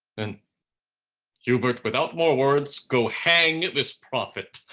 then hubert, without more words go hang this prophet.